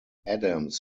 adams